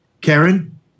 Karen